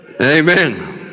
Amen